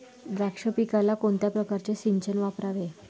द्राक्ष पिकाला कोणत्या प्रकारचे सिंचन वापरावे?